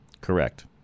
Correct